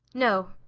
no.